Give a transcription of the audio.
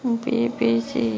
BBC